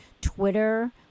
Twitter